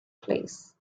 place